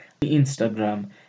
Instagram